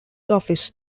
office